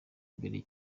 mbere